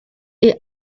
est